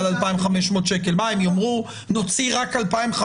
מסלול המיטלטלין ואני אומר לך שלהערכתי, תחושתי,